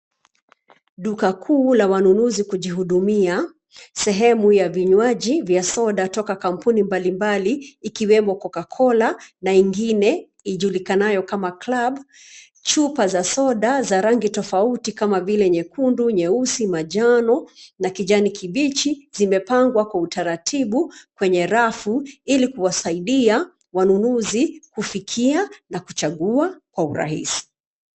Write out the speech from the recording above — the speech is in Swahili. Duka kuu la wanunuzi kujihudumia. Sehemu ya vinywaji vya soda toka kampuni mbali mbali ikiwemo cocacola na ingine ijulikanayo kama Club . Chupa za soda za rangi tofauti kama vile: nyekundu, nyeusi, manjano na kijani kibichi zimepangwa kwa utaratibu kwenye rafu ilikuwasaidia wanunuzi kufikia na kuchagua kwa urahisi.